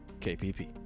KPP